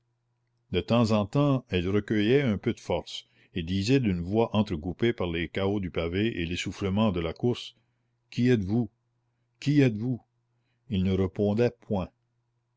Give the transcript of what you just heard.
de temps en temps elle recueillait un peu de force et disait d'une voix entrecoupée par les cahots du pavé et l'essoufflement de la course qui êtes-vous qui êtes-vous il ne répondait point